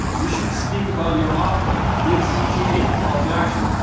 you should speak about your offer, make cta, call to action.